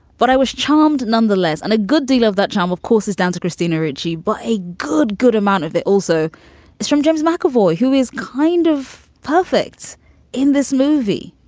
but i was charmed nonetheless. and a good deal of that charm, of course, is down to christina richie, but a good, good amount of it. also this from james mcavoy, who is kind of perfect in this movie,